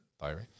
diary